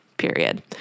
period